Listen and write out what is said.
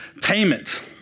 payment